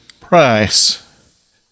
price